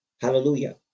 Hallelujah